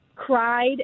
cried